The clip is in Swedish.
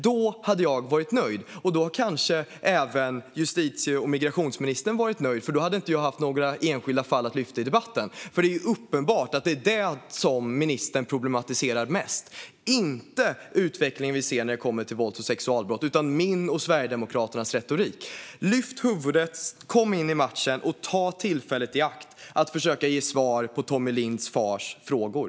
Då hade jag varit nöjd - och då kanske även justitie och migrationsministern hade varit nöjd, för då hade jag inte haft några enskilda fall att lyfta upp i debatten. Det är ju uppenbart att det är det som ministern problematiserar mest, inte den utveckling vi ser när det kommer till vålds och sexualbrott utan min och Sverigedemokraternas retorik. Lyft huvudet, kom in i matchen och ta tillfället i akt att försöka ge svar på Tommie Lindhs fars frågor!